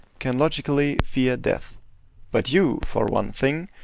can logically fear death but you, for one thing,